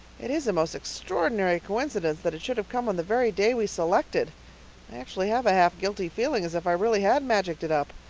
it is a most extraordinary coincidence that it should have come on the very day we selected. i actually have a half guilty feeling, as if i really had magicked it up.